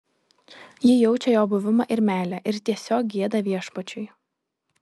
ji jaučia jo buvimą ir meilę ir tiesiog gieda viešpačiui